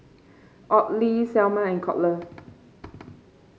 Audley Selmer and Colter